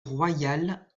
royal